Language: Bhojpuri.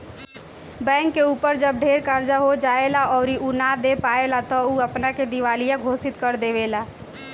बैंक के ऊपर जब ढेर कर्जा हो जाएला अउरी उ ना दे पाएला त उ अपना के दिवालिया घोषित कर देवेला